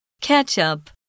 Ketchup